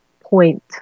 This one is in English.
point